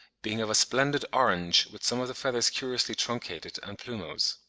being of a splendid orange, with some of the feathers curiously truncated and plumose.